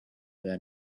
there